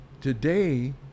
today